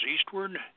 eastward